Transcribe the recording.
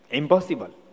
impossible